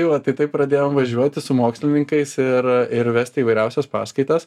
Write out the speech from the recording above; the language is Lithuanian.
tai va tai taip pradėjom važiuoti su mokslininkais ir ir vesti įvairiausias paskaitas